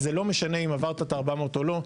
אז זה לא משנה אם עברת את ה-400 או לא.